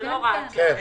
זו לא הוראת שעה?